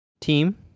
team